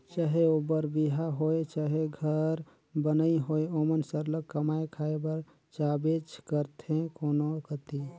चहे ओ बर बिहा होए चहे घर बनई होए ओमन सरलग कमाए खाए बर जाबेच करथे कोनो कती